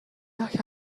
alla